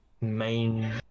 main